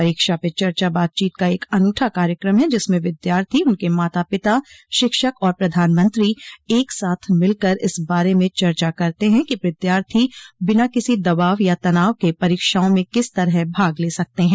परीक्षा पे चर्चा बातचीत का एक अनूठा कार्यक्रम है जिसमें विद्यार्थी उनके माता पिता शिक्षक और प्रधानमंत्री एक साथ मिलकर इस बारे में चर्चा करते हैं कि विद्यार्थी बिना किसी दबाव या तनाव के परीक्षाओं में किस तरह भाग ले सकते हैं